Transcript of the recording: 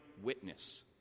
witness